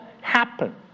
happen